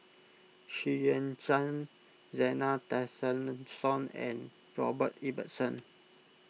Xu Yuan Zhen Zena Tessensohn and Robert Ibbetson